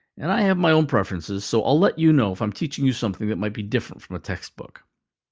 and i have my own preferences, so i'll let you know if i'm teaching you something that might be different from a textbook.